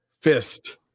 fist